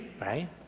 right